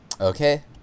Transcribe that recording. Okay